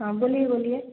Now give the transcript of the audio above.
हाँ बोलिए बोलिए